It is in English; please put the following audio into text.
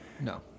No